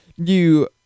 New